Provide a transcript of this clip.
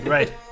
Right